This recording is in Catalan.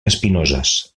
espinoses